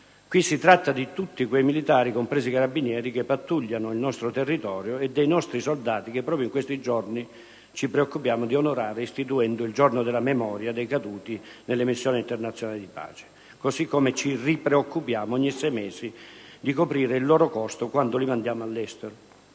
Si tratta di tutti quei militari, compresi i carabinieri, che pattugliano il nostro territorio, e dei nostri soldati che proprio in questi giorni ci preoccupiamo di onorare istituendo il Giorno della memoria dei caduti nelle missioni internazionali di pace; così come ci preoccupiamo ogni sei mesi di coprire il loro costo quando li mandiamo all'estero.